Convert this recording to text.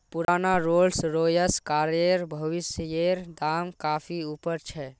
पुराना Rolls Royce कारेर भविष्येर दाम काफी ऊपर छे